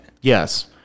Yes